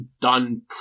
done